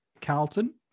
Carlton